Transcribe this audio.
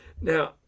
Now